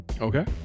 Okay